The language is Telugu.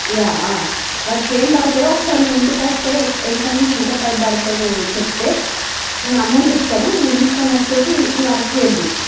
యా వాటికి ఏం పడుతాయో ఒకసారి నువు ఇంటికొస్తే ఎంత నుంచి ఎంత పైప్ పడుతుంది నువ్వు చెప్తే నేను అమౌంట్ ఇస్తాను నువ్వు తీసుకుని వచ్చేసి ఈ వర్క్ చేద్దువు